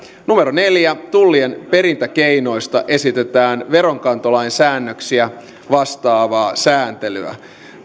neljä tullien perintäkeinoista esitetään veronkantolain säännöksiä vastaavaa sääntelyä